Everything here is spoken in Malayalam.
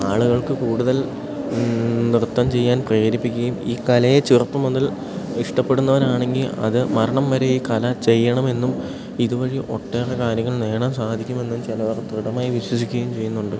ആളുകൾക്ക് കൂടുതൽ നൃത്തം ചെയ്യാൻ പ്രേരിപ്പിക്കുകയും ഈ കലയെ ചെറുപ്പം മുതൽ ഇഷ്ടപ്പെടുന്നവരാണെങ്കിൽ അതു മരണം വരെ ഈ കല ചെയ്യണമെന്നും ഇതു വഴി ഒട്ടേറെ കാര്യങ്ങൾ നേടാൻ സാധിക്കുമെന്നും ചിലവർ ദൃഢമായി വിശ്വസിക്കുകയും ചെയ്യുന്നുണ്ട്